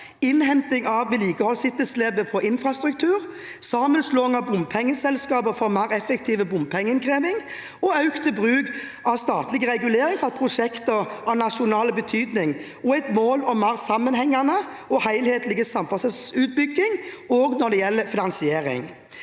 innhenting av vedlikeholdsetterslepet på infrastruktur, sammenslåing av bompengeselskaper for mer effektiv bompengeinnkreving, økt bruk av statlig regulering for prosjekter av nasjonal betydning og et mål om mer sammenhengende og helhetlig samferdselsutbygging, også når